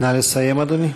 נא לסיים, אדוני.